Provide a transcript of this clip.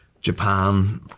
Japan